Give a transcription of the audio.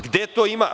Gde to ima?